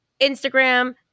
Instagram